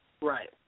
Right